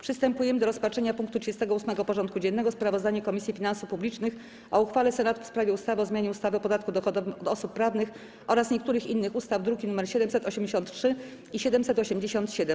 Przystępujemy do rozpatrzenia punktu 38. porządku dziennego: Sprawozdanie Komisji Finansów Publicznych o uchwale Senatu w sprawie ustawy o zmianie ustawy o podatku dochodowym od osób prawnych oraz niektórych innych ustaw (druki nr 783 i 787)